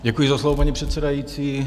Děkuji za slovo, paní předsedající.